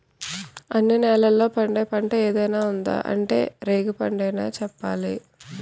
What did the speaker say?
అన్ని నేలల్లో పండే పంట ఏదైనా ఉందా అంటే రేగిపండనే చెప్పాలి